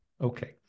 okay